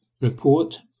Report